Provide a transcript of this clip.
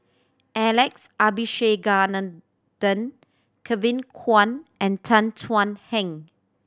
Alex Abisheganaden Kevin Kwan and Tan Thuan Heng